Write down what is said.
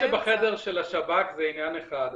הפיל שבחדר של השב"כ זה עניין אחד.